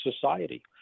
society